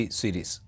series